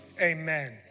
Amen